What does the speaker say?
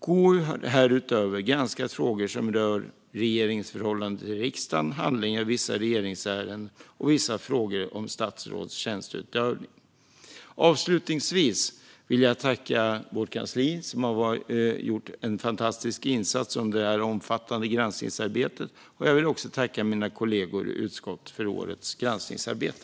KU har härutöver granskat frågor som rör regeringens förhållande till riksdagen, handläggning av vissa regeringsärenden och vissa frågor om statsråds tjänsteutövning. Avslutningsvis vill jag tacka vårt kansli som har gjort en fantastisk insats under detta omfattande granskningsarbete. Jag vill också tacka mina kollegor i utskottet för årets granskningsarbete.